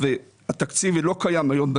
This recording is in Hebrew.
התקציב לא קיים היום,